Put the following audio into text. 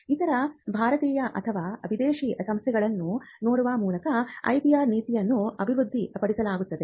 ಇತರ ಭಾರತೀಯ ಅಥವಾ ವಿದೇಶಿ ಸಂಸ್ಥೆಗಳನ್ನು ನೋಡುವ ಮೂಲಕ IPR ನೀತಿಯನ್ನು ಅಭಿವೃದ್ಧಿಪಡಿಸಲಾಗಿದೆ